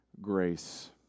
grace